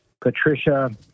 Patricia